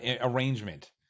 arrangement